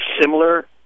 similar